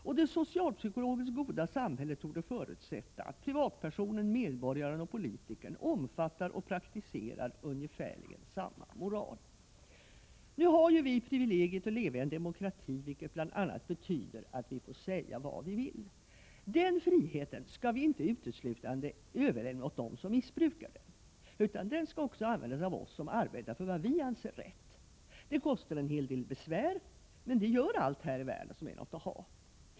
Och det socialpsykologiskt goda samhället torde förutsätta att privatpersonen, medborgaren och politikern omfattar och praktiserar ungefärligen samma moral.” Vi har ju privilegiet att leva i en demokrati, vilket bl.a. betyder att vi får säga vad vi vill. Den friheten skall vi inte uteslutande överlåta åt dem som missbrukar den, utan den skall också användas av oss som arbetar för vad vi anser rätt. Det kostar en hel del besvär, men det gör allt här i världen som är något att ha.